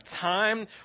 time